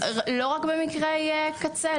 לא רק במקרי קצה,